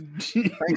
thanks